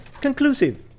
conclusive